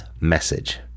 message